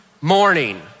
morning